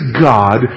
God